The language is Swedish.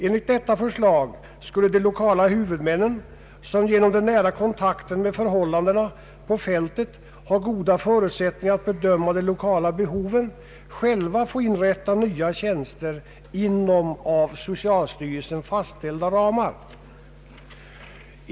Enligt detta förslag skulle de lokala huvudmännen, som genom den nära kontakten med förhållandena på fältet har goda förutsättningar att bedöma de lokala behoven, själva få inrätta nya tjänster inom av socialstyrelsen fastställda ramar.